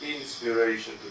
inspiration